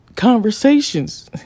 conversations